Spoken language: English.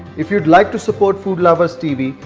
if you'd like to support food lovers tv.